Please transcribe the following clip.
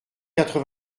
quatre